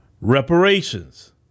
reparations